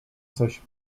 coś